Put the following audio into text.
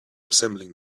assembling